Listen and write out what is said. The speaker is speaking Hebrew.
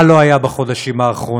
מה לא היה בחודשים האחרונים?